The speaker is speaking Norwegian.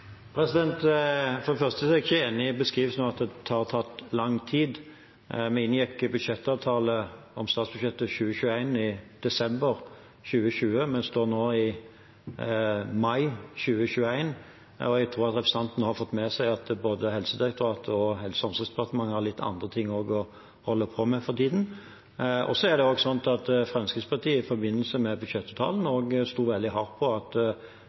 For det første er jeg ikke enig i beskrivelsen av at det har tatt lang tid. Vi inngikk avtale om statsbudsjettet for 2021 i desember 2020. Vi står nå i mai 2021. Og jeg tror at representanten har fått med seg at både Helsedirektoratet og Helse- og omsorgsdepartementet også har litt andre ting å holde på med for tiden. Det er også slik at Fremskrittspartiet i forbindelse med budsjettavtalen sto veldig hardt på at